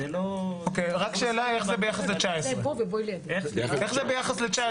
זה לא --- אוקיי, רק שאלה, איך זה ביחס ל־2019?